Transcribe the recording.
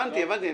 אני מבין.